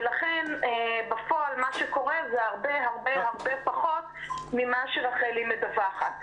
ולכן בפועל מה שקורה זה הרבה הרבה הרבה פחות ממה שרחלי מדווחת.